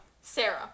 Sarah